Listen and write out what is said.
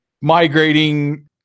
migrating